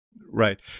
Right